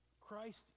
Christ